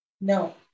No